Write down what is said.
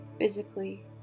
physically